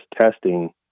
testing